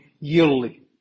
yearly